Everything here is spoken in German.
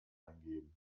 eingeben